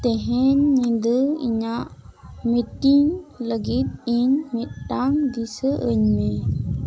ᱛᱮᱦᱮᱧ ᱧᱤᱫᱟᱹ ᱤᱧᱟ ᱜ ᱢᱤᱴᱤᱱ ᱞᱟᱹᱜᱤᱫ ᱤᱧ ᱢᱤᱫᱴᱟᱝ ᱫᱤᱥᱟᱹ ᱟᱹᱧ ᱢᱮ